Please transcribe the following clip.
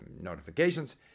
notifications